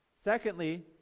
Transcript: Secondly